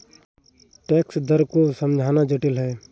tax दर को समझना जटिल है